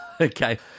Okay